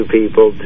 people